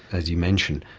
as you mentioned,